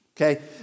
Okay